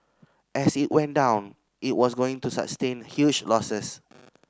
as it went down it was going to sustain huge losses